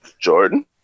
jordan